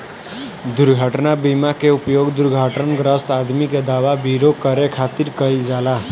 दुर्घटना बीमा के उपयोग दुर्घटनाग्रस्त आदमी के दवा विरो करे खातिर कईल जाला